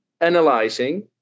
analyzing